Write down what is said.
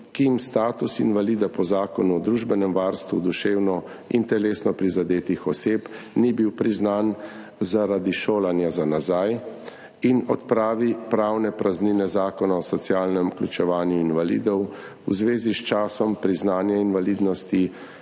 ki jim status invalida po Zakonu o družbenem varstvu duševno in telesno prizadetih oseb ni bil priznan zaradi šolanja za nazaj, in odpravi pravne praznine Zakona o socialnem vključevanju invalidov v zvezi s časom priznanja invalidnosti,